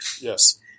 Yes